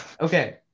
okay